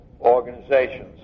organizations